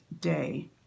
day